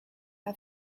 her